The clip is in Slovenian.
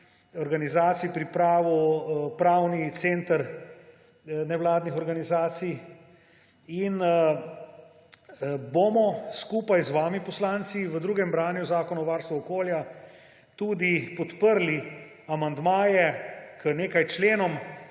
organizacij pripravil Pravno-informacijski center nevladnih organizacij, in bomo skupaj z vami, poslanci, v drugem branju zakona o varstvu okolja tudi podprli amandmaje k nekaj členom